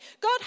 God